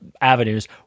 avenues